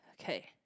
Okay